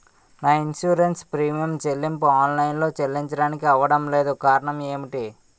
నా insurance premium చెల్లింపు online లో చెల్లించడానికి అవ్వడం లేదు కారణం ఏమిటి?